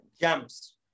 jumps